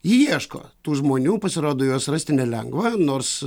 ji ieško tų žmonių pasirodo juos rasti nelengva nors